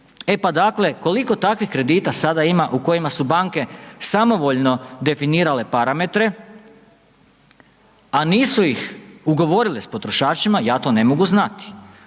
E pa dakle, koliko takvih kredita sada ima u kojima su banke samovoljno definirale parametre a nisu ih ugovorile s potrošačima, ja to ne mogu znati.